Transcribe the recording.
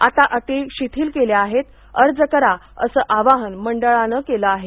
आता अटी सिथिल केल्या आहेत अर्ज करा असं आवाहन मंडळानं केलं आहे